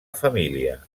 família